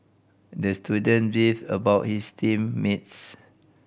the student beefed about his team mates